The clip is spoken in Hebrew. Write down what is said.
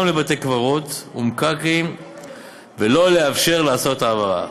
לבתי-קברות ומקרקעין ולא לאפשר לעשות העברה.